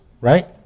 right